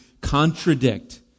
contradict